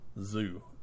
zoo